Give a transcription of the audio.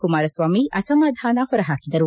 ಕುಮಾರಸ್ವಾಮಿ ಅಸಮಾಧಾನ ಹೊರ ಹಾಕಿದರು